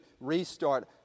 restart